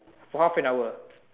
for half an hour